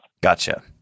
Gotcha